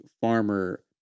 farmer